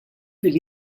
fil